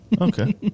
Okay